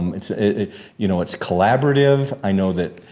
um it's ah you know it's collaborative, i know that,